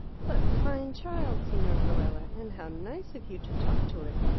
what a fine child, signor carella. and how nice of you to talk to it.